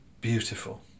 beautiful